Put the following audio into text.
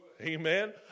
Amen